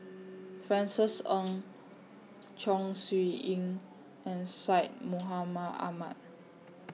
Francis Ng Chong Siew Ying and Syed Mohamed Ahmed